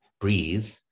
breathe